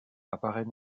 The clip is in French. apparaît